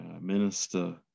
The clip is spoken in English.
minister